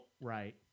Right